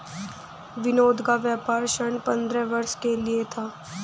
विनोद का व्यापार ऋण पंद्रह वर्ष के लिए था